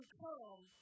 come